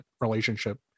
relationship